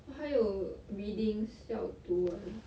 我还有 readings 要读 eh